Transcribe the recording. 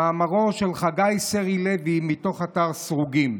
מאמרו של חגי סרי לוי מתוך אתר סרוגים: